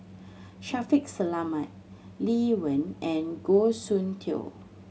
Shaffiq Selamat Lee Wen and Goh Soon Tioe